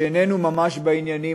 שאיננו ממש בעניינים,